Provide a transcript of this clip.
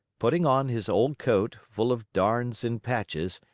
putting on his old coat, full of darns and patches,